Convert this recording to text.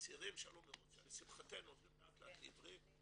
הצעירים שעלו מרוסיה לשמחתנו עוברים לא ט לאט לעברית.